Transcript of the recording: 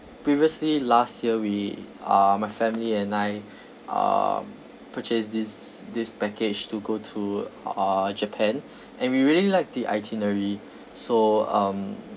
previously last year we uh my family and I uh purchased this this package to go to uh japan and we really liked the itinerary so um